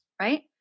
right